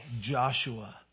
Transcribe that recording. Joshua